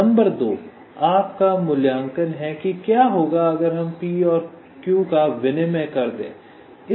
number दो आप का मूल्यांकन है कि क्या होगा अगर हम p और q का विनिमय कर दें